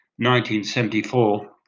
1974